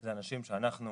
אלה אנשים שאנחנו